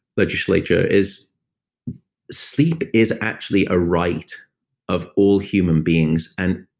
legislature is sleep is actually a right of all human beings. and